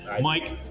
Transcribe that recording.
Mike